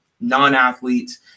non-athletes